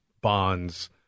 bonds